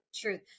truth